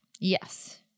Yes